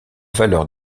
valeur